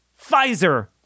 Pfizer